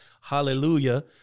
hallelujah